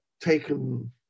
taken